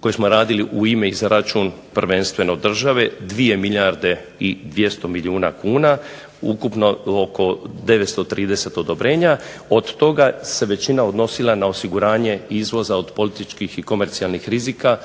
koje smo radili u ime i za račun prvenstveno države, 2 milijarde 200 milijuna kuna, ukupno oko 930 odobrena od toga se većina odnosila na osiguranje izvoza od političkih i komercijalnih rizika